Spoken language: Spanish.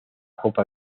copa